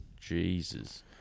Jesus